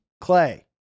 clay